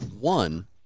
One